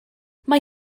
mae